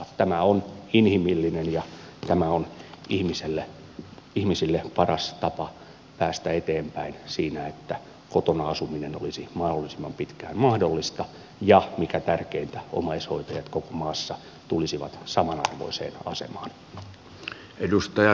tämä on inhimillinen ja tämä on ihmisille paras tapa päästä eteenpäin siinä että kotona asuminen olisi mahdollisimman pitkään mahdollista ja mikä tärkeintä omaishoitajat koko maassa tulisivat samanarvoiseen asemaan